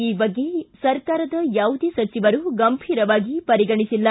ಈ ಬಗ್ಗೆ ಸರ್ಕಾರದ ಯಾವುದೇ ಸಚಿವರು ಗಂಭಿರವಾಗಿ ಪರಿಗಣಿಸಿಲ್ಲ